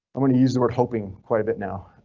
i'm gonna use the word hoping quite a bit now.